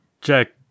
Jack